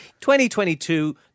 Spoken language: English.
2022